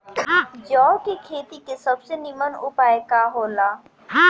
जौ के खेती के सबसे नीमन उपाय का हो ला?